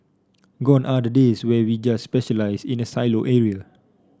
gone are the days where we just specialise in a silo area